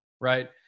Right